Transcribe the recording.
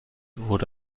wurde